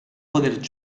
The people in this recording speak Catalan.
poder